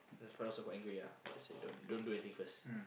the brother also quite angry ah but say don't don't do anything first